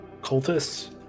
cultists